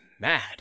mad